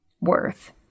worth